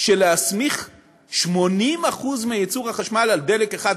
של להסמיך 80% מייצור החשמל על דלק אחד,